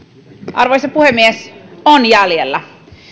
arvoisa puhemies on jäljellä